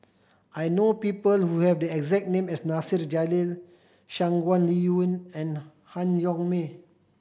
I know people who have the exact name as Nasir Jalil Shangguan Liuyun and Han Yong May